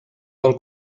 del